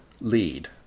Lead